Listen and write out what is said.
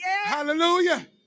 Hallelujah